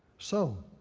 so